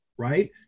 right